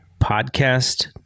podcast